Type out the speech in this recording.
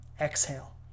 exhale